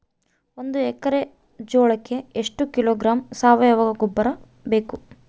ಒಂದು ಎಕ್ಕರೆ ಜೋಳಕ್ಕೆ ಎಷ್ಟು ಕಿಲೋಗ್ರಾಂ ಸಾವಯುವ ಗೊಬ್ಬರ ಬೇಕು?